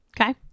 Okay